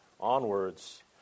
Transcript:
onwards